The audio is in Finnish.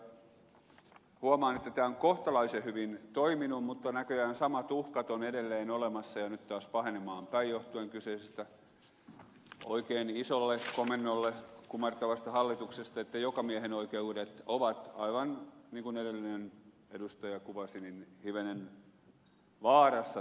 huomaan että tämä on kohtalaisen hyvin toiminut mutta näköjään samat uhkat ovat edelleen olemassa ja nyt taas pahenemaan päin johtuen kyseisestä oikein isolle komennolle kumartavasta hallituksesta että jokamiehenoikeudet ovat aivan niin kuin edellinen edustaja kuvasi hivenen vaarassa tässä